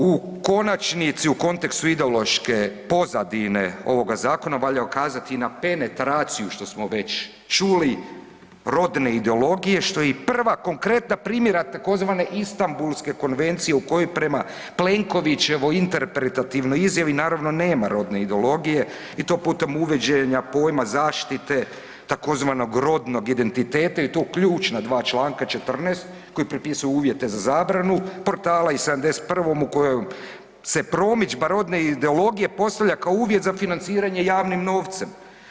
U konačnici u kontekstu ideološke pozadine ovoga zakona valja ukazati i na penetraciju što smo već čuli rodne ideologije što je i prava konkretna primjera tzv. Istambulske konvencije u kojoj prema Plenkovićevoj interpretativnoj izjavi naravno nema rodne ideologije i to putem uvođenja pojma zaštite tzv. rodnog identiteta i to u ključna 2 članka 14. koji propisuje uvjete za zabranu portala i 71. u kojem se promidžba rodne ideologije postavlja kao uvjet za financiranje javnim novcem.